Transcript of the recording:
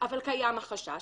אבל קיים החשש,